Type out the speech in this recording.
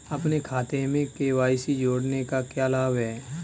अपने खाते में के.वाई.सी जोड़ने का क्या लाभ है?